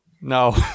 No